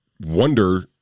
wonder